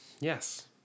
Yes